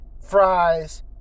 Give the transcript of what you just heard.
fries